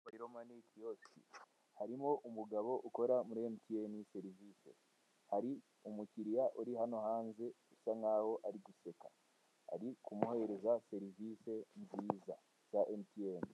Harimo umugabo ukora muri MTN serivise hari umukiriya uri hano hanze usa nk'aho ari guseka ari kumuhereza serivise nziza za MTN.